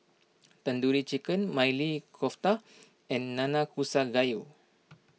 Tandoori Chicken Maili Kofta and Nanakusa Gayu